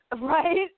Right